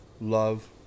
love